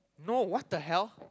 no what the hell